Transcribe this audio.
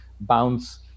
bounce